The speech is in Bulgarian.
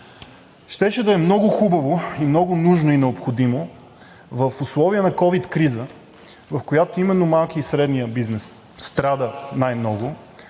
Щеше да е много хубаво, много нужно и необходимо в условия на ковид криза, в която именно малкият и средният бизнес страдат най-много,